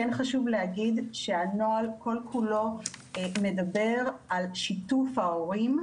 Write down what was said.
חשוב להגיד שהנוהל מדבר על שיתוף ההורים,